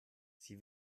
sie